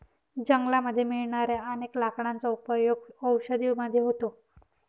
जंगलामध्ये मिळणाऱ्या अनेक लाकडांचा उपयोग औषधी मध्ये होतो